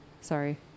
Sorry